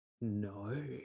no